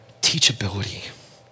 teachability